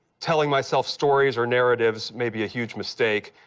telling myself stories or narratives may be a huge mistake,